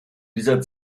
dieser